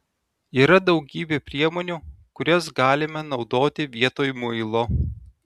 yra daugybė priemonių kurias galime naudoti vietoj muilo